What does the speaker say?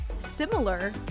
Similar